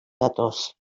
datoz